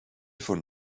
von